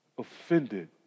offended